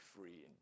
free